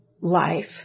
life